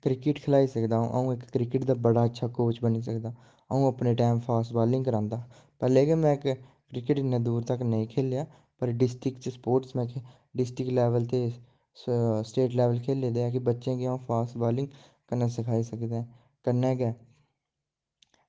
cricket खलाई सकदा अं'ऊ इक क्रिकेट दा बड़ा अच्छा कोच बनी सकदा अं'ऊ अपने टैम फास्ट बालिंग करांदा हा पैह्ले गै में क्रिकेट इन्ने दूर तक नेईं खेलेआ पर डिस्टिक च स्पोर्ट्स में डिस्टिक लैवल ते स्टेट लैवल खेल्ले दे ऐ कि बच्चे गी अंऊ फास्ट बालिंग कन्नै सखाई सकदा कन्नै गै